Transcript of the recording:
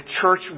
church